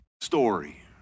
story